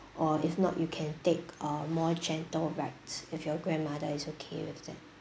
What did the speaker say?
or if not you can take a more gentle rides if your grandmother is okay with that